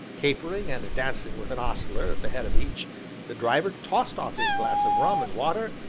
capering and dancing with an ostler at the head of each the driver tossed off his glass of rum and water,